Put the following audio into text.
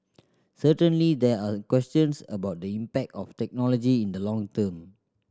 certainly there are questions about the impact of technology in the long term